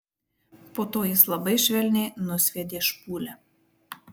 po to jis labai švelniai nusviedė špūlę